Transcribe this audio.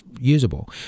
usable